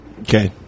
Okay